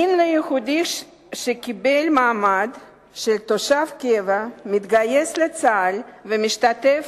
נין ליהודי שקיבל מעמד של תושב קבע מתגייס לצה"ל ומשתתף